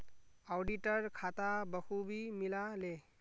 auditor खाता बखूबी मिला ले